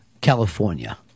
California